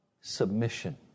submission